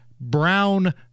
Brown